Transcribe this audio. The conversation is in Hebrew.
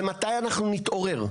ומתי אנחנו נתעורר?